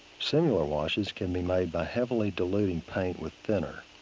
similar washes can be made by heavily diluting paint with thinner.